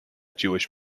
jewish